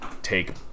take